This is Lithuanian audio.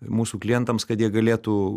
mūsų klientams kad jie galėtų